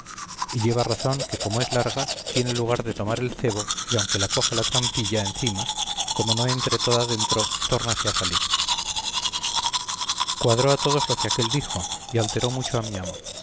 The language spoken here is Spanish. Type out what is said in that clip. y lleva razón que como es larga tiene lugar de tomar el cebo y aunque la coja la trampilla encima como no entre toda dentro tórnase a salir cuadró a todos lo que aquél dijo y alteró mucho a mi amo